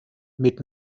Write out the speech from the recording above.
mit